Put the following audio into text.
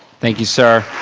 thank you sir.